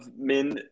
men